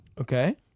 Okay